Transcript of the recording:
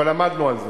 אבל עמדנו על זה.